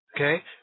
Okay